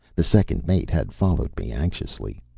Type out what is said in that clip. the second mate had followed me anxiously.